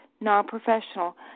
non-professional